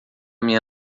minha